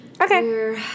Okay